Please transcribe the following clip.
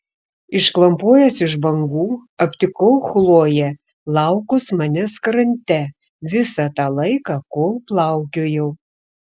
išklampojęs iš bangų aptikau chloję laukus manęs krante visą tą laiką kol plaukiojau